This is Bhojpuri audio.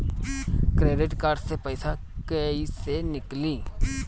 क्रेडिट कार्ड से पईसा केइसे निकली?